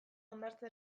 hondartza